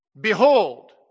behold